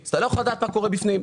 אז אתה לא יכול לדעת מה קורה בפנים.